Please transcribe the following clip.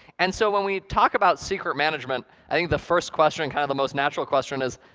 and so when we talk about secret management, i think the first question, kind of the most natural question is,